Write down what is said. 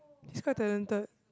he's quite talented